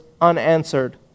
unanswered